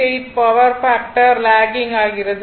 8 power factor lagging ஆகிறது